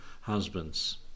husbands